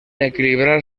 equilibrar